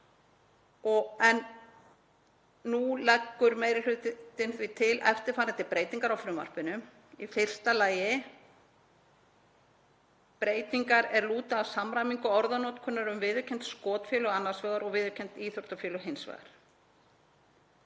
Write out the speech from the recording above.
og nú leggur meiri hlutinn til eftirfarandi breytingar á frumvarpinu: Í fyrsta lagi eru breytingar er lúta að samræmingu orðanotkunar um viðurkennd skotfélög annars vegar og viðurkennd skotíþróttafélög hins vegar.